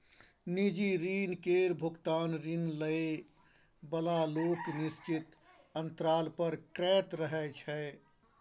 निजी ऋण केर भोगतान ऋण लए बला लोक निश्चित अंतराल पर करैत रहय छै